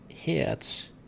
Hits